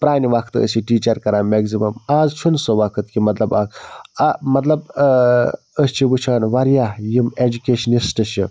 پرٛانہِ وقتہٕ ٲسۍ یہِ ٹیٖچَر کَران میگزِمَم اَز چھُ نہٕ سُہ وقت کہِ مطلب اَکھ مطلب أسۍ چھِ وُچھان واریاہ یِم ایٚجُوکیشنِسٹہٕ چھِ